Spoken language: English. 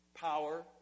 power